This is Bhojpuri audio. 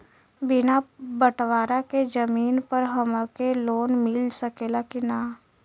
बिना बटवारा के जमीन पर हमके लोन मिल सकेला की ना?